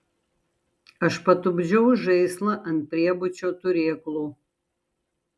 aš patupdžiau žaislą ant priebučio turėklų